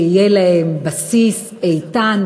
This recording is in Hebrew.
שיהיה להם בסיס איתן,